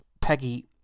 Peggy